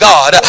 God